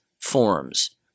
forms